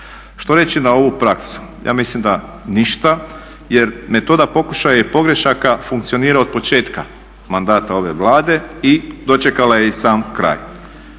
Što reći na ovu praksu? Ja mislim da ništa, jer metoda pokušaja i pogrešaka funkcionira od početka mandata ove Vlade i dočekala je i sam kraj.